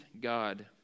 God